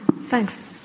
thanks